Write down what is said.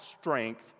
strength